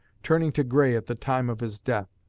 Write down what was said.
turning to gray at the time of his death.